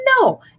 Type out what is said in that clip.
no